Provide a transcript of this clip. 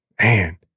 Man